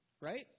right